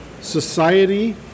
Society